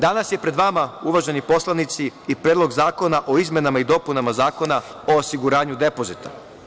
Danas je pred vama uvaženi poslanici i Predlog zakona o izmenama i dopunama Zakona o osiguranju depozita.